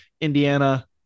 indiana